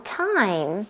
time